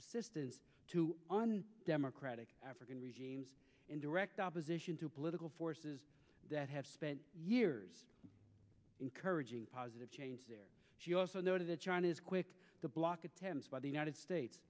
assistance to on democratic african regimes in direct opposition to political forces that have spent years encouraging positive change she also noted that china is quick to block attempts by the united states